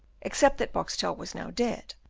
except that boxtel was now dead,